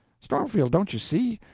stormfield, don't you see?